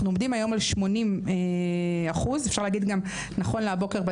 אנחנו עומדים היום על 80%. נכון לבוקר הזה